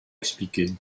expliqué